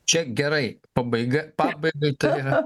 čia gerai pabaiga pabaigai tai yra